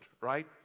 right